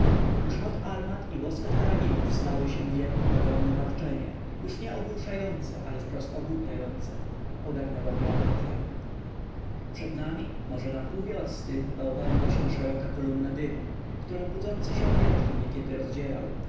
armat i łoskot karabinów zlały się w jedno ogromne warczenie już nie ogłuszające ale wprost ogłupiające ogarnęła mnie apatya przed nami może na pół wiorsty bałwaniła się szeroka kolumna dymu którą budzący się wiatr niekiedy rozdzierał